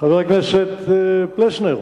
חבר הכנסת פלסנר,